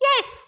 yes